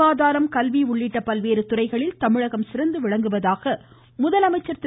சுகாதாரம் கல்வி உள்ளிட்ட பல்வேறு துறைகளில் தமிழகம் சிறந்து விளங்குவதாக முதலமைச்சர் திரு